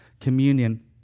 communion